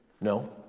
No